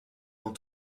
dans